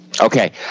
Okay